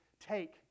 take